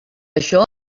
això